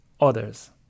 others